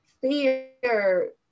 fear